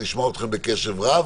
לשמוע אתכם בקשב רב.